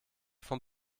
von